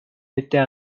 étais